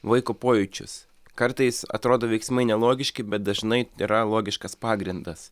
vaiko pojūčius kartais atrodo veiksmai nelogiški bet dažnai yra logiškas pagrindas